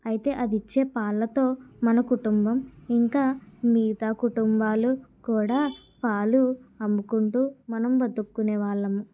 అయితే అది ఇచ్చే పాలతో మన కుటుంబం ఇంకా మిగతా కుటుంబాలు కూడా పాలు అమ్ముకుంటు మనం బతికే వాళ్ళం